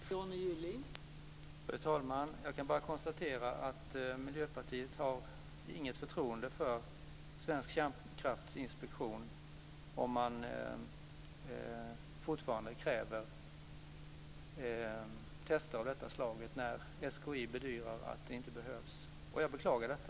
Fru talman! Jag kan bara konstatera att Miljöpartiet inte har något förtroende för svensk kärnkraftinspektion om man fortfarande kräver tester av detta slag när SKI bedyrar att det inte behövs, och jag beklagar detta.